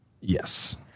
Yes